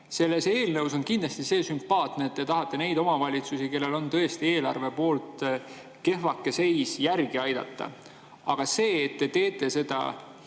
Selles eelnõus on kindlasti sümpaatne see, et te tahate neid omavalitsusi, kellel on tõesti eelarve poolest kehvake seis, järgi aidata. Aga et te teete seda